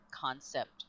concept